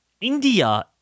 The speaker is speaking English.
India